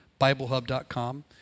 BibleHub.com